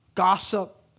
Gossip